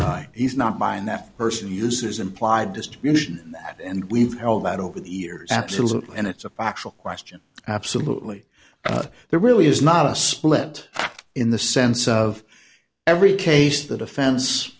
guy he's not mine that person uses implied distribution and we've held that over the years absolutely and it's a factual question absolutely but there really is not a split in the sense of every case the defen